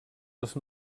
les